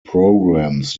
programs